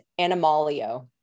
Animalio